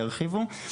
ירחיבו.